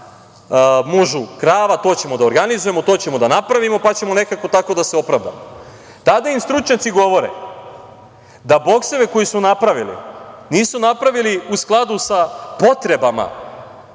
mužu krava da organizujemo, to ćemo da napravimo, pa ćemo nekako tako da se opravdamo. Tada im stručnjaci govore da bokseve koje su napravili nisu napravili u skladu sa potrebama,